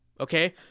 okay